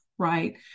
Right